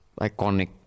iconic